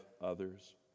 others